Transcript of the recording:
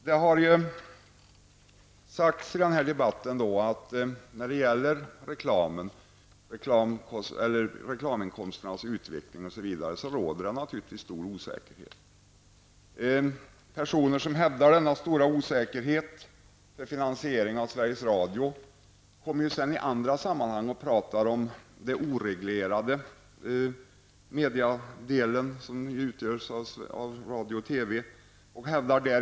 Det har i debatten sagts att det när det gäller bl.a. reklaminkomsternas utveckling naturligtvis råder stor osäkerhet. Personer som hävdar denna stora osäkerhet i fråga om finansieringen av Sveriges Radio talar i andra sammanhang om den oreglerade mediedelen av radio och TV.